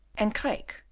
and craeke,